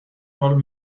old